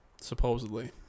supposedly